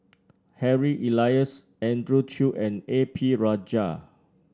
Harry Elias Andrew Chew and A P Rajah